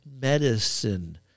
medicine